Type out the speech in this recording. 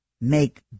make